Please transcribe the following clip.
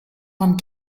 vingt